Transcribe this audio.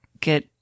get